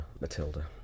Matilda